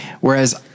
whereas